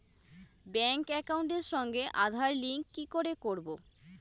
Bank একাউন্টের সঙ্গে Aadhaar link কি করে করবো?